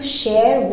share